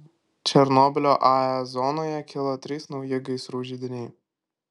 černobylio ae zonoje kilo trys nauji gaisrų židiniai